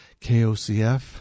KOCF